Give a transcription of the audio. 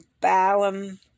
Balaam